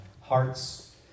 hearts